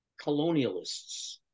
colonialists